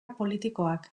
politikoak